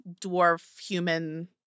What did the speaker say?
dwarf-human